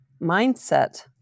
mindset